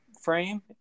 frame